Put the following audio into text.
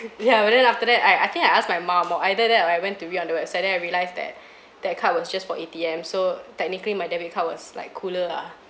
ya but then after that I I I think I asked my mom or either that or I happen to be on website then I realize that that card was just for A_T_M so technically my debit card was like cooler ah